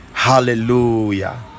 hallelujah